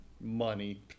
money